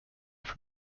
from